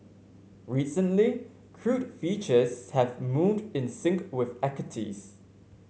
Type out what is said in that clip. recently crude futures have moved in sync with equities